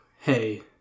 hey